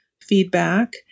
feedback